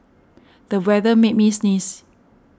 the weather made me sneeze